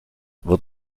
wird